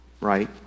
Right